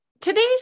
Today's